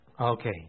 Okay